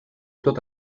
tot